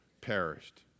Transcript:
perished